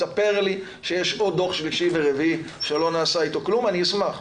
תספר לי שיש עוד דוח שלישי ורביעי שלא נעשה איתו כלום אני אשמח,